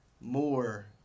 more